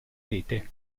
rete